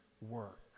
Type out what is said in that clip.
work